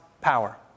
power